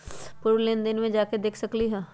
पूर्व लेन देन में जाके देखसकली ह?